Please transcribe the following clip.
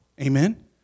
amen